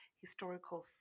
historical